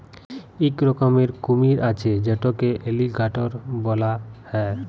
ইক রকমের কুমির আছে যেটকে এলিগ্যাটর ব্যলা হ্যয়